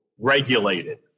regulated